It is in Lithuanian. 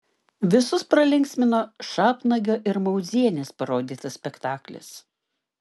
visus pralinksmino šapnagio ir mauzienės parodytas spektaklis